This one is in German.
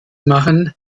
machen